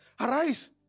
arise